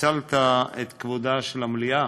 הצלת את כבודה של המליאה.